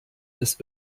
des